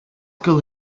could